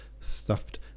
stuffed